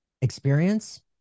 experience